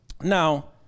Now